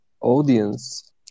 audience